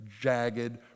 jagged